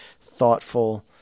thoughtful